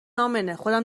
امنهخودم